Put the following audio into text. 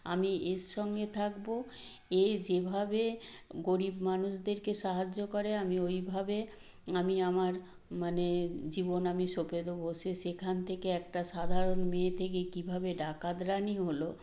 আমি এর সঙ্গে থাকব এ যেভাবে গরীব মানুদেরকে সাহায্য করে আমি ওই ভাবে আমি আমার মানে জীবন আমি সঁপে দেবো সে সেখান থেকে একটা সাধারণ মেয়ে থেকে কীভাবে ডাকাত রানী হলো